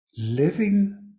living